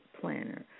planner